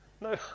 no